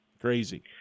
Crazy